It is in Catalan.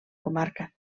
comarca